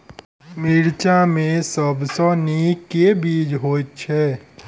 मिर्चा मे सबसँ नीक केँ बीज होइत छै?